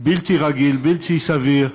בלתי רגיל, בלתי סביר,